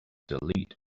delete